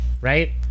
right